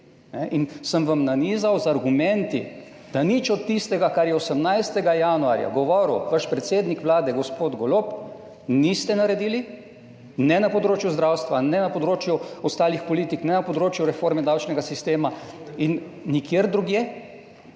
In sem vam nanizal z argumenti, da nič od tistega, kar je 18. januarja govoril vaš predsednik Vlade gospod Golob, niste naredili, ne na področju zdravstva, ne na področju ostalih politik, ne na področju reforme davčnega sistema in nikjer drugje